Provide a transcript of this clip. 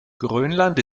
grönland